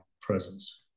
presence